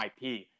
IP